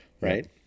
Right